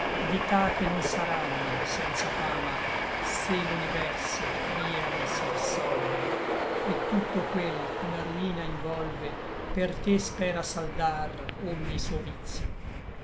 di ta che non saranno senza fama se l'universo pria non si dissolve et tutto quel ch'una ruina involve per te spera saldar ogni suo vitio